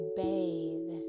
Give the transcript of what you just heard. bathe